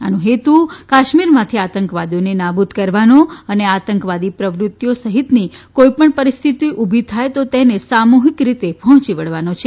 આનો હેતુ કાશ્મીરમાંથી આંતકવાદીઓને નાબુદ કરવાનો અને આતંકવાદી પ્રવૃતિઓ સહિતની કોઇપણ પરિસ્થિતિ ઉભી થાય તો તેને સામૂહિક રીતે પહોંચી વળવાનો છે